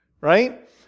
right